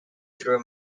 through